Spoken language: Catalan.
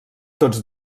tots